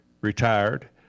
retired